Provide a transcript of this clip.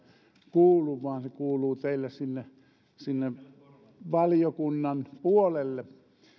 kuulu vaan se kuuluu teille sinne sinne valiokunnan puolelle